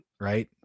Right